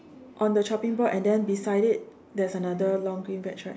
on the chopping board and then beside it there is another long green veg right